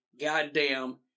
goddamn